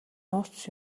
нууц